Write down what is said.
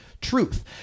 truth